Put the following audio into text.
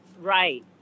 Right